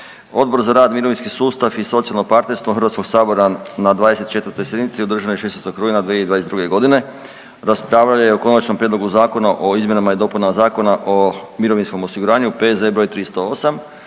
Odbor za rad, mirovinski sustav i socijalno partnerstvo Hrvatskog sabora na 24. sjednici održanoj 16. rujna 2022. godine raspravljalo je o Konačnom prijedlogu Zakona o izmjenama i dopunama Zakona o mirovinskom osiguranju P.Z. broj 308,